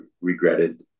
regretted